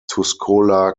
tuscola